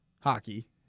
Hockey